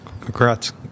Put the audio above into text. Congrats